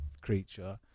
creature